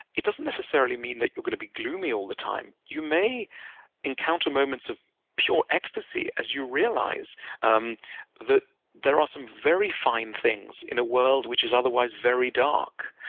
it doesn't necessarily mean that you're gonna be gloomy all the time. you may encounter moments of pure ecstasy as you realize um that there are some very fine things in a world which is otherwise very dark.